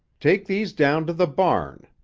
take these down to the barn.